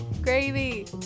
Gravy